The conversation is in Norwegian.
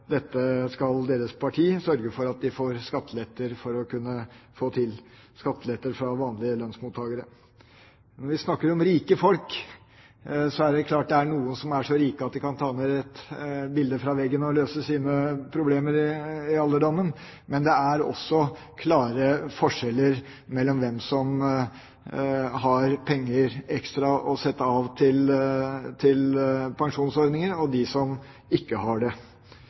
dette, skatteletter fra vanlige lønnsmottakere. Når vi snakker om rike folk, er det klart at det er noen som er så rike at de kan ta ned et bilde fra veggen og løse sine problemer i alderdommen. Men det er også klare forskjeller mellom hvem som har penger ekstra til å sette av til pensjonsordninger, og hvem som ikke har det.